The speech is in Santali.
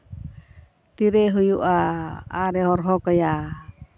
ᱛᱤᱨᱮᱭ ᱦᱩᱭᱩᱜᱼᱟ ᱟᱨᱮᱭ ᱦᱚᱨᱦᱚ ᱠᱟᱭᱟ